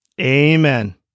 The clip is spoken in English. Amen